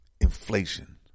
inflation